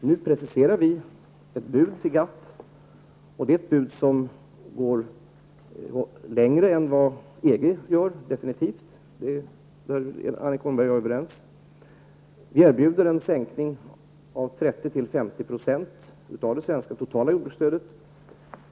Vi preciserar nu ett bud till GATT, och Annika Åhnberg och jag är överens om att det definitivt är ett bud som går längre än vad EG vill göra. Vi erbjuder en sänkning om 30--50 % av det totala svenska jordbruksstödet.